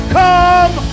come